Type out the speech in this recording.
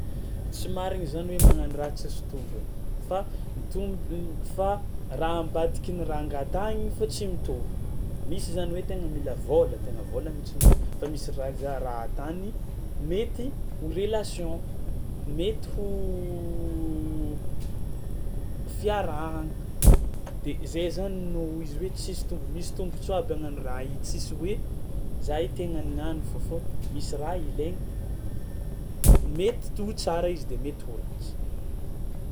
Tsy marigny zany hoe magnano raha tsisy tombony fa ny tombon- fa raha ambadiky ny raha angatahigny fao tsy mitovy, misy zany hoe tegna mila vôla tegna vôla mihitsiny fa misy raha za raha tany mety ho relation, mety ho fiarahagna, de zay zany no izy hoe tsisy tombo- misy tombontsoa aby ny an'ny raha io tsisy hoe za io te hagnanognano fao fô misy raha ilainy, mety to tsara izy de mety ho ratsy.